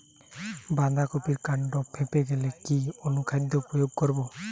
বাঁধা কপির কান্ড ফেঁপে গেলে কি অনুখাদ্য প্রয়োগ করব?